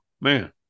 man